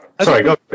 Sorry